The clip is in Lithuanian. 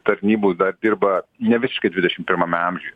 tarnybų dar dirba ne visiškai dvidešim pirmame amžiuje